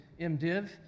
MDiv